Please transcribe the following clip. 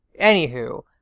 Anywho